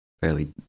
fairly